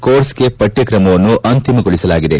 ಕೋರ್ಸ್ಗೆ ಪಠ್ವತ್ರಮವನ್ನು ಅಂತಿಮಗೊಳಿಸಲಾಗಿದೆ